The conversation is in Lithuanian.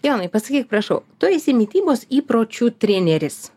jonai pasakyk prašau tu esi mitybos įpročių treneris